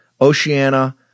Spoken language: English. Oceania